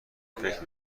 فکر